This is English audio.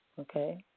Okay